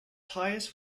highest